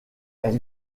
elle